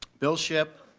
bill shipp,